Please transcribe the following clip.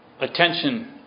attention